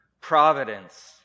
providence